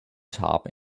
top